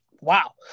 Wow